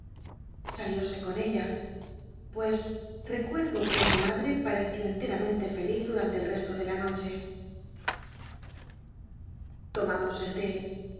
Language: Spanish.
terminaba salióse con ella pues recumclo rue mi madre pareció enteramen te feliz durante el resto de la noche tomamos el té